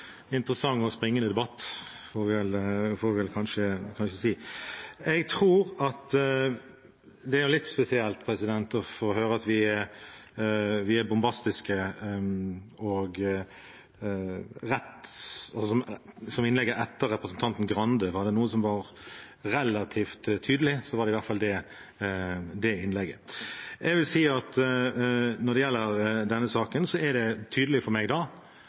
interessant og springende – får vi vel kanskje si – debatt. Det er litt spesielt å få høre at vi er bombastiske, som i innlegget etter representanten Grande. Var det noe som var relativt tydelig, var det i hvert fall det innlegget. Når det gjelder denne saken, er det tydelig for meg